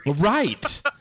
Right